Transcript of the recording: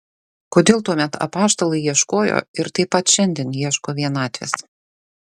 kodėl tuomet apaštalai ieškojo ir taip pat šiandien ieško vienatvės